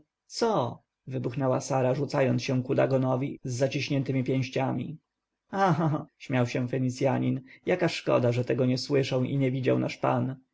co wybuchnęła sara rzucając się ku dagonowi z zaciśniętemi pięściami a cha cha śmiał się fenicjanin jaka szkoda że tego nie słyszał i nie widział nasz pan